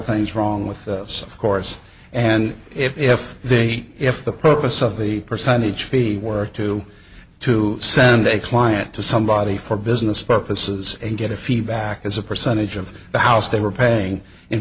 things wrong with us of course and if they if the purpose of a percentage fee work to to send a client to somebody for business purposes and get a fee back as a percentage of the house they were paying in